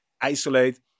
isolate